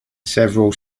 several